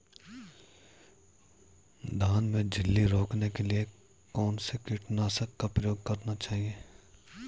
धान में इल्ली रोकने के लिए कौनसे कीटनाशक का प्रयोग करना चाहिए?